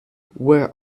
where